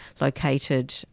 located